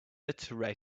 iterator